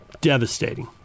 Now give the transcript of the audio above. Devastating